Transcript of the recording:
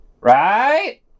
Right